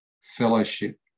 fellowship